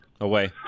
away